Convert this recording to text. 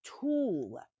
tool